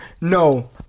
No